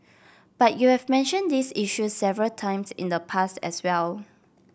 but you have mentioned these issues several times in the past as well